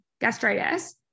gastritis